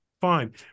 Fine